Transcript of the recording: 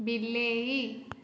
ବିଲେଇ